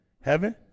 Heaven